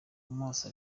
amaso